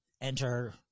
enter